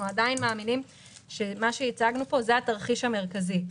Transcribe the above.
אנחנו עדיין מאמינים שמה שהצגנו כאן הוא התרחיש המרכזי,